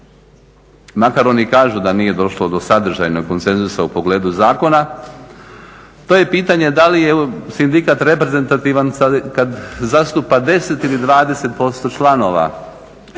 makar oni kažu da nije došlo do sadržajnog konsenzusa u pogledu zakona. To je pitanje da li je sindikat reprezentativan kad zastupa 10 ili 20% članova